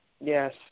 Yes